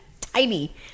tiny